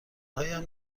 هایم